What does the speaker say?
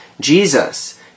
Jesus